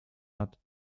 hat